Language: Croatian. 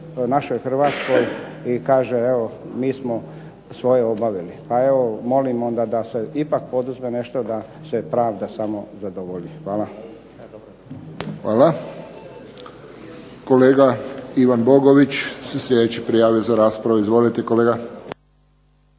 našoj Hrvatskoj i kažu evo mi smo svoje obavili. Pa evo, molim ipak da se poduzme nešto da se pravda zadovolji. **Friščić, Josip (HSS)** Hvala. Kolega Ivan Bogović, se sljedeći prijavio za raspravu izvolite kolega.